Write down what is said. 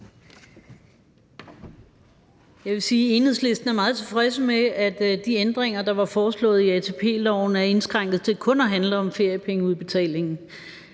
Enhedslisten er meget tilfreds med, at de ændringer, der var foreslået i atp-loven, er indskrænket til kun at handle om feriepengeudbetalingen.